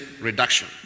reduction